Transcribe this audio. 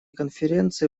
конференции